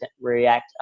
react